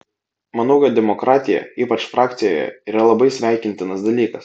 manau kad demokratija ypač frakcijoje yra labai sveikintinas dalykas